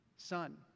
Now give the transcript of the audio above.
Son